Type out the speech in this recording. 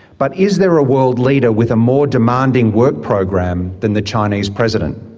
but is there a world leader with a more demanding work program than the chinese president?